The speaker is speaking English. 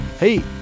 Hey